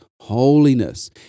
holiness